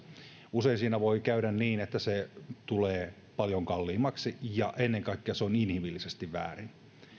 usein siinä voi käydä niin että se tulee paljon kalliimmaksi ja ennen kaikkea se on inhimillisesti väärin